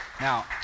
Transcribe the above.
Now